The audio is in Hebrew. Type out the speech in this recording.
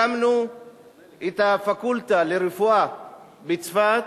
הקמנו את הפקולטה לרפואה בצפת,